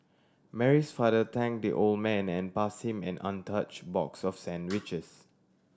Mary's father thank the old man and pass him an untouch box of sandwiches